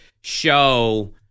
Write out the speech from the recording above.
show